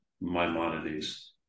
Maimonides